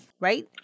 right